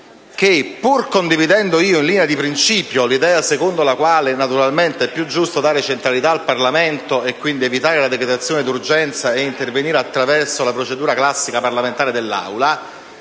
che, pur condividendo io in linea di principio l'idea secondo la quale è naturalmente più giusto dare centralità al Parlamento e quindi evitare la decretazione d'urgenza ed intervenire attraverso la classica procedura parlamentare dell'Aula,